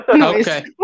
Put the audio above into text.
Okay